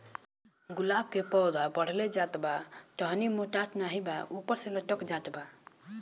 गुलाब क पौधा बढ़ले जात बा टहनी मोटात नाहीं बा ऊपर से लटक जात बा?